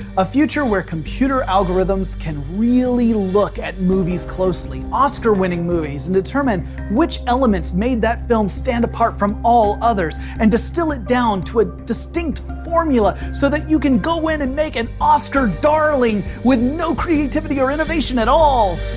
a future where computer algorithms can really look at movies closely, oscar-winning movies, and determine which elements made that film stand apart from all others and distill it down to a distinct formula so that you can go and make an oscar darling with no creativity or innovation at all.